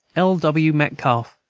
l. w. metcalf,